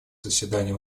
заседания